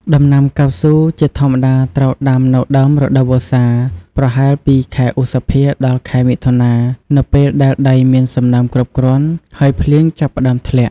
ដំណាំកៅស៊ូជាធម្មតាត្រូវដាំនៅដើមរដូវវស្សា ប្រហែលពីខែឧសភា ដល់ ខែមិថុនា នៅពេលដែលដីមានសំណើមគ្រប់គ្រាន់ ហើយភ្លៀងចាប់ផ្តើមធ្លាក់។